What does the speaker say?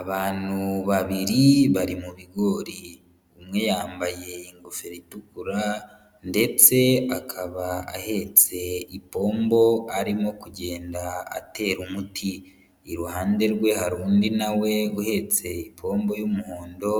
Abantu babiri bari mu bigori, umwe yambaye ingofero itukura ndetse akaba ahetse ipombo arimo kugenda atera umuti, iruhande rwe hari undi nawe uhetse ipombo y'umuhondo